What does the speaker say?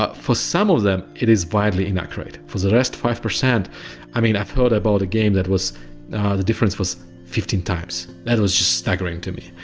ah for some of them, it is violently inaccurate. the last five percent i mean i've heard about a game that was the difference was fifteen times. that was just staggering to me.